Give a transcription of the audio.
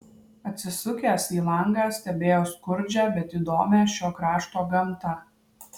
atsisukęs į langą stebėjo skurdžią bet įdomią šio krašto gamtą